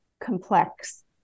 complex